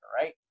right